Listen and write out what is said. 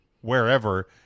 wherever